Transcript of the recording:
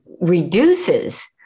reduces